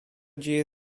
dzieje